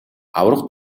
аварга